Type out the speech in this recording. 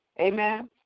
Amen